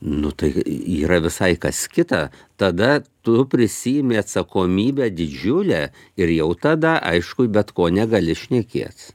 nu tai yra visai kas kita tada tu prisiimi atsakomybę didžiulę ir jau tada aišku bet ko negali šnekėt